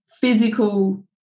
physical